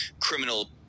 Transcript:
criminal